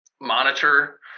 monitor